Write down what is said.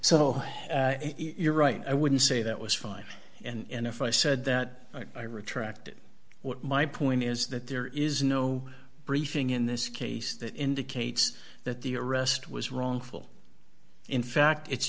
so you're right i wouldn't say that was fine and if i said that i retracted my point is that there is no briefing in this case that indicates that the arrest was wrongful in fact it's